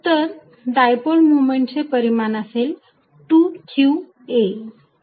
तर डायपोल मोमेंटचे परिमाण असेल 2qa